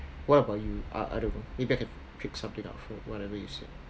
what about you I I don't know maybe I could pick something up from whatever you said